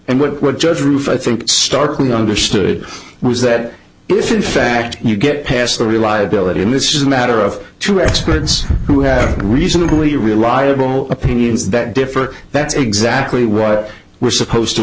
and what would judge rufe i think starkly understood was that if in fact you get past the reliability and this is a matter of true experts who have reasonably reliable opinions that differ that's exactly what we're supposed to